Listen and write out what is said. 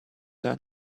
learn